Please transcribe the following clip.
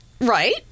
Right